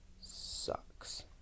sucks